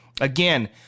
Again